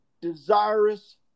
desirous